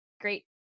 Great